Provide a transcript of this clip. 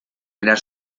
crear